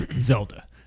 Zelda